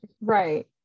Right